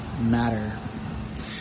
Matter